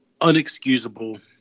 unexcusable